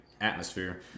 atmosphere